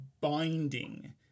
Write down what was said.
binding